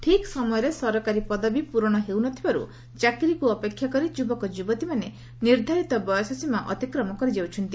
ଠିକ୍ ସମୟରେ ସରକାରୀ ପଦବୀ ପ୍ଟରଣ ହେଉ ନ ଥିବାରୁ ଚାକିରିକୁ ଅପେକ୍ଷା କରି ଯୁବକଯୁବତୀମାନେ ନିର୍ବାରିତ ବୟସୀମା ଅତିକ୍ରମ କରିଯାଉଛନ୍ତି